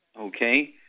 okay